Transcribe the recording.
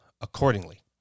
accordingly